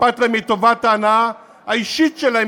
אכפת להם מטובת ההנאה האישית שלהם,